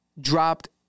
dropped